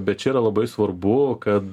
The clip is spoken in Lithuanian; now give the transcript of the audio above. bet čia yra labai svarbu kad